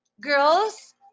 girls